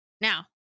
Now